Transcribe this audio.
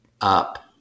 up